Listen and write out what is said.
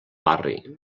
barri